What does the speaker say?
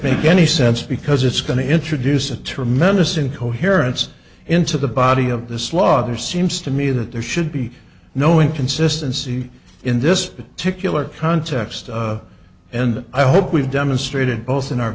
make any sense because it's going to introduce a tremendous incoherence into the body of the slaughter seems to me that there should be no inconsistency in this particular context and i hope we've demonstrated both in our